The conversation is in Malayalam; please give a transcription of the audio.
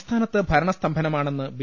സംസ്ഥാനത്ത് ഭരണ സ്തംഭനമാണെന്ന് ബി